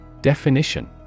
Definition